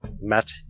Matt